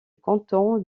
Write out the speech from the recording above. canton